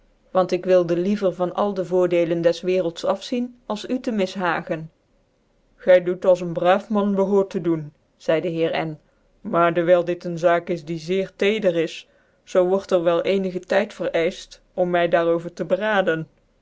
want ik wilje liever van al dc voordeden des werelds afzien als u tc mishagen gy doet als een braaf man hchoort tc doen zcidc d heer n maar dewijl dit een zaak is die zeer teder is zoo wort er wel ccnige tyj vercifcht om my daar over tc beraden